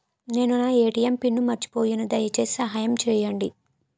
నేను నా ATM pin మర్చిపోయాను, దయచేసి సహాయం చేయండి